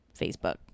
facebook